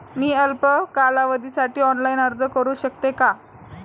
मी अल्प कालावधीसाठी ऑनलाइन अर्ज करू शकते का?